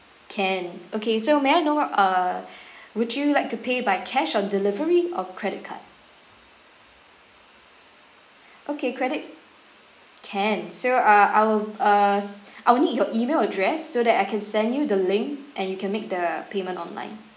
can okay so may I know err would you like to pay by cash on delivery or credit card okay credit can so uh I'll err I will need your email address so that I can send you the link and you can make the payment online